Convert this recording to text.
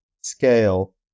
scale